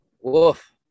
woof